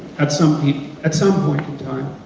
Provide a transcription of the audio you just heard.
at some at some point in time,